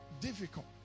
difficult